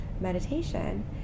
meditation